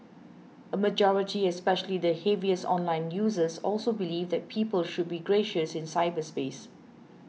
a majority especially the heaviest online users also believed that people should be gracious in cyberspace